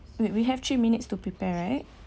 wait we have three minutes to prepare right